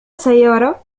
سيارة